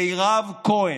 מירב כהן,